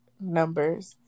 numbers